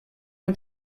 amb